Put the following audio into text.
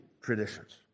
traditions